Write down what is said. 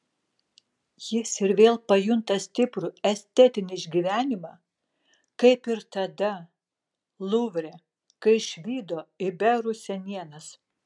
jis ir vėl pajunta stiprų estetinį išgyvenimą kaip ir tada luvre kai išvydo iberų senienas